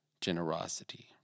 generosity